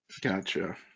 Gotcha